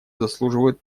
заслуживают